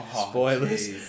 Spoilers